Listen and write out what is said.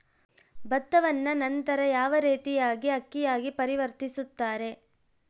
ಭತ್ತವನ್ನ ನಂತರ ಯಾವ ರೇತಿಯಾಗಿ ಅಕ್ಕಿಯಾಗಿ ಪರಿವರ್ತಿಸುತ್ತಾರೆ?